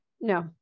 No